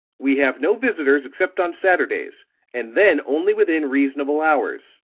we have no visitors except on saturdays and then only within reasonable hours.